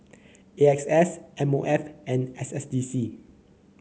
A X S M O F and S S D C